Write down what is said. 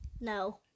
No